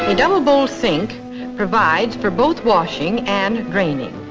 ah double bowl sink provides for both washing and draining.